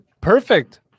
Perfect